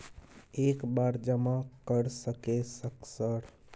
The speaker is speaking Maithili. एक बार जमा कर सके सक सर?